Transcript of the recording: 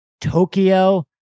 Tokyo